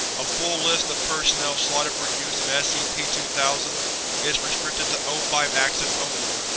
a full list of personnel slotted for use in scp two thousand is restricted to o five access only,